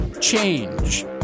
change